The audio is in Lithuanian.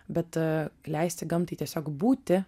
bet leisti gamtai tiesiog būti